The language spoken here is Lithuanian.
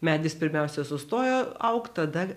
medis pirmiausia sustojo augt tada